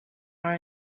are